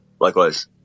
Likewise